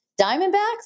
Diamondbacks